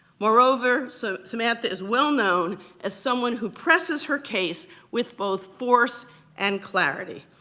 moreover, so samantha is well-known as someone who presses her case with both force and clarity.